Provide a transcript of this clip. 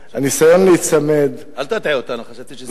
הניסיון להיצמד, אל תטעה אותנו, חשבתי שסיימת.